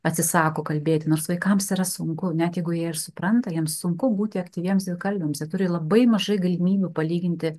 atsisako kalbėti nors vaikams yra sunku net jeigu jie ir supranta jiems sunku būti aktyviems dvikalbiams jie turi labai mažai galimybių palyginti